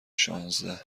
شانزده